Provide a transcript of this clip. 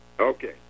okay